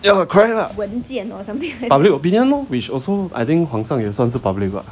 ya lah correct lah public opinion lor which also I think 皇上也算是 public 吧